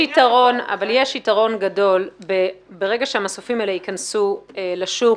יש יתרון גדול ברגע שהמסופים האלה ייכנסו לשוק,